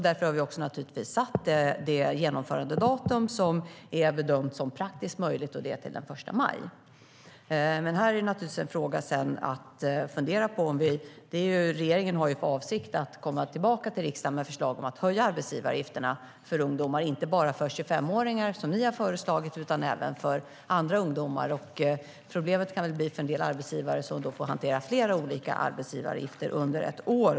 Därför har vi naturligtvis också satt det genomförandedatum som är bedömt som praktiskt möjligt, och det är den 1 maj. Det här en fråga att fundera på. Regeringen har ju för avsikt att komma tillbaka till riksdagen med förslag om att höja arbetsgivaravgifterna för ungdomar, inte bara för 25-åringar, som ni har föreslagit, utan även för andra ungdomar. Problemet kan bli att en del arbetsgivare då får hantera flera olika arbetsgivaravgifter under ett år.